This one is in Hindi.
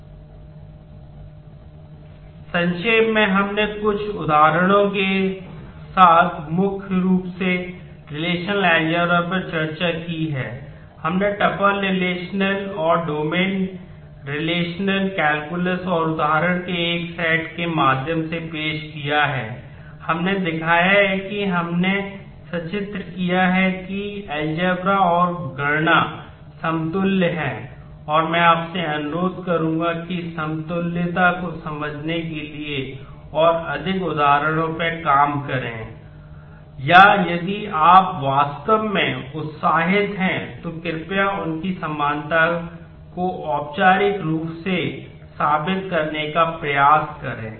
सलिए संक्षेप में हमने कुछ उदाहरणों के साथ मुख्य रूप से रिलेशनल अलजेब्रा और गणना समतुल्य हैं और मैं आपसे अनुरोध करूंगा कि समतुल्यता को समझने के लिए और अधिक उदाहरणों पर काम करें या यदि आप वास्तव में उत्साहित हैं तो कृपया उनकी समानता को औपचारिक रूप से साबित करने का प्रयास करें